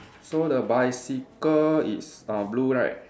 so the bicycle it's uh blue right